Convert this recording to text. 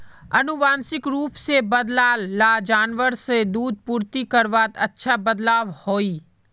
आनुवांशिक रूप से बद्लाल ला जानवर से दूध पूर्ति करवात अच्छा बदलाव होइए